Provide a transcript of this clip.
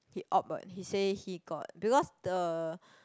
he opt what he say he got because the